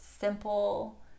simple